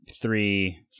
three